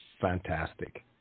fantastic